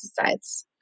pesticides